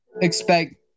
expect